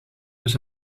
dus